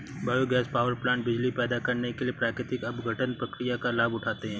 biogas power plant बिजली पैदा करने के लिए प्राकृतिक अपघटन प्रक्रिया का लाभ उठाते हैं